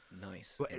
nice